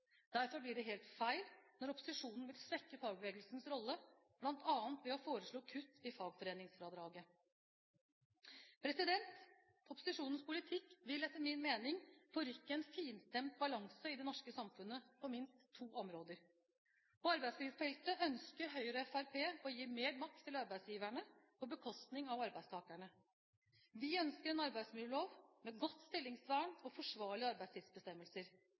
Derfor blir det helt feil når opposisjonen vil svekke fagbevegelsens rolle, bl.a. ved å foreslå kutt i fagforeningsfradraget. Opposisjonens politikk vil etter min mening forrykke en finstemt balanse i det norske samfunnet på minst to områder. På arbeidslivsfeltet ønsker Høyre og Fremskrittspartiet å gi mer makt til arbeidsgiverne på bekostning av arbeidstakerne. Vi ønsker en arbeidsmiljølov med godt stillingsvern og forsvarlige arbeidstidsbestemmelser.